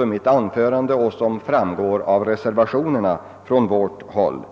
i mitt anförande, och den förs också fram i reservationerna från vårt håll.